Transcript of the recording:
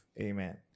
Amen